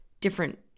different